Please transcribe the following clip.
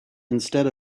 instead